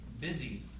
busy